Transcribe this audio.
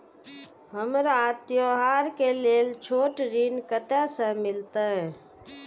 हमरा त्योहार के लेल छोट ऋण कते से मिलते?